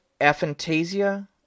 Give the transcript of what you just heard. aphantasia